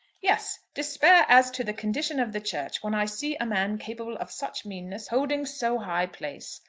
yes despair as to the condition of the church when i see a man capable of such meanness holding so high place.